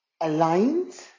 aligned